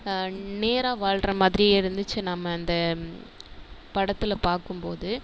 நேராக வாழ்ற மாதிரியே இருந்துச்சு நம்ம இந்த படத்தில் பார்க்கும்போது